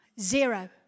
Zero